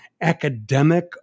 academic